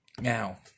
Now